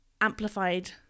amplified